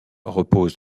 reposent